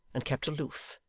and kept aloof,